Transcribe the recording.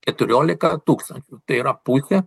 keturiolika tūkstančių tai yra pusė